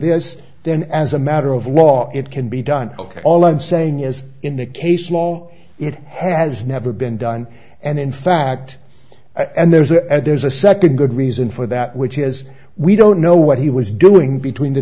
this then as a matter of law it can be done ok all i'm saying is in the case law it has never been done and in fact and there's a there's a second good reason for that which is we don't know what he was doing between the